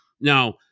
Now